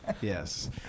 yes